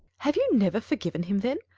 have you never forgiven him then?